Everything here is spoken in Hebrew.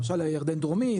למשל ירדן דרומי,